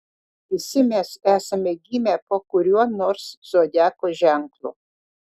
visi mes esame gimę po kuriuo nors zodiako ženklu